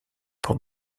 port